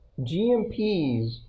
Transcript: GMPs